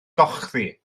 gochddu